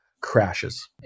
crashes